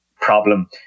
Problem